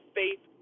faith